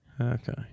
Okay